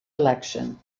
election